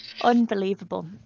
Unbelievable